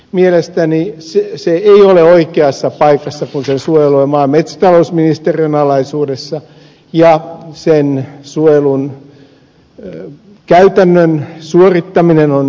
mielestäni se ei ole oikeassa paikassa kun sen suojelu on maa ja metsätalousministeriön alaisuudessa ja sen suojelun käytännön suorittaminen on nyt muuttunut